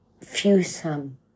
few-some